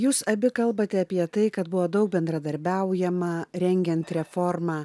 jūs abi kalbate apie tai kad buvo daug bendradarbiaujama rengiant reformą